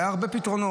היו הרבה פתרונות: